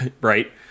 Right